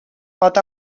pot